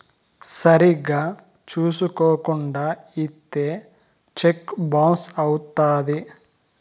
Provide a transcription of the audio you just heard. సరిగ్గా చూసుకోకుండా ఇత్తే సెక్కు బౌన్స్ అవుత్తది